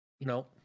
No